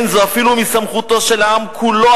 אין זו אפילו מסמכותו של העם כולו,